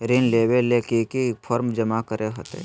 ऋण लेबे ले की की फॉर्म जमा करे होते?